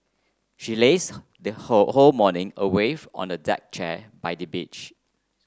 she lazed her they whole whole morning away on a deck chair by the beach